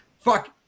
fuck